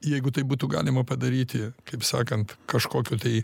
jeigu tai būtų galima padaryti kaip sakant kažkokio tai